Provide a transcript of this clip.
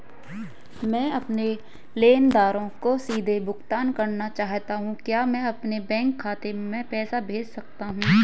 मैं अपने लेनदारों को सीधे भुगतान करना चाहता हूँ क्या मैं अपने बैंक खाते में पैसा भेज सकता हूँ?